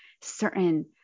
certain